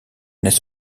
n’est